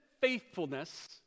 faithfulness